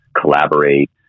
collaborate